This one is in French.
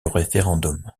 référendum